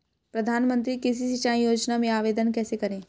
प्रधानमंत्री कृषि सिंचाई योजना में आवेदन कैसे करें?